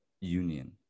union